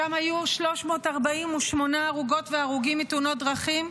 שם היו 348 הרוגות והרוגים מתאונת דרכים,